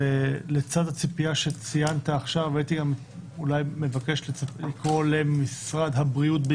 ולצד הציפייה שציינת עכשיו הייתי אולי מבקש לקרוא למשרד הבריאות,